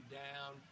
down